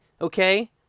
okay